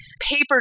paper